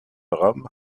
rome